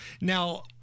Now